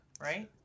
right